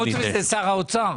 סמוטריץ' זה שר האוצר.